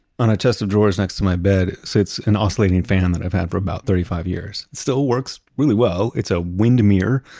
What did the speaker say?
on a chest of drawers next to my bed sits an oscillating fan that i've had for about thirty five years. it still works really well. it's a windmere.